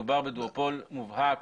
מדובר בדואופול מובהק.